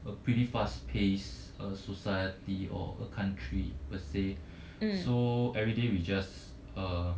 a pretty fast pace uh society or a country per se so everyday we just uh